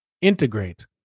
Integrate